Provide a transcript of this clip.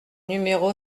numéro